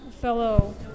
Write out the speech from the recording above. fellow